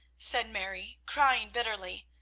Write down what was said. said mary, crying bitterly,